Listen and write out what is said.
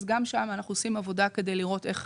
אז גם שם אנחנו עושים עבודה כדי לראות איך